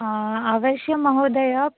अवश्यं महोदय